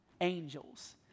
angels